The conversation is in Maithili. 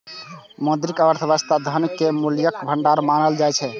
मौद्रिक अर्थव्यवस्था मे धन कें मूल्यक भंडार मानल जाइ छै